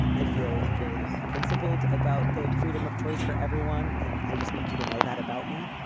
i feel very like principled about the freedom of choice for everyone. and i just need you to know that about me.